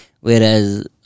whereas